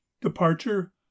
Departure